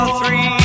three